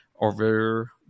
over